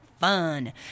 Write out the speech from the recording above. fun